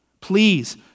Please